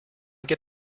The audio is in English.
get